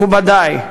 מכובדי,